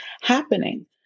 happening